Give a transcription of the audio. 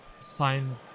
signed